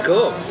Cool